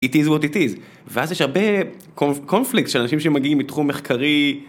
It is what it is ואז יש הרבה קונפליקט של אנשים שמגיעים מתחום מחקרי.